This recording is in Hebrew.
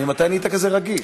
ממתי נהיית כזה רגיש?